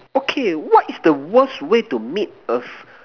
okay what is the worse way to meet a f~